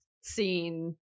scene